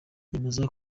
yemeza